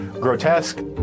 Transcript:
grotesque